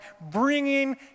bringing